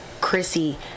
Chrissy